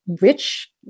rich